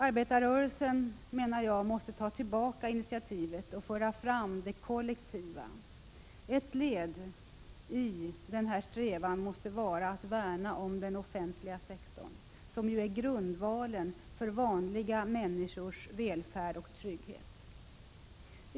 Arbetarrörelsen, menar jag, måste ta tillbaka initiativet och föra fram det kollektiva. Ett led i denna strävan måste vara att värna om den offentliga sektorn, som ju är grundvalen för vanliga människors välfärd och trygghet.